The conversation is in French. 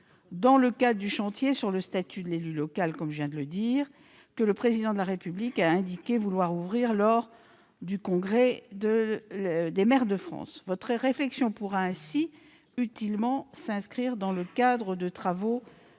dans le cadre du chantier sur le statut de l'élu local que le Président de la République a indiqué vouloir ouvrir lors du Congrès des maires de France. Votre réflexion pourra ainsi utilement s'inscrire dans le cadre des travaux